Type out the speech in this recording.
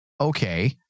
Okay